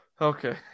Okay